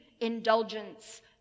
indulgence